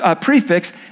prefix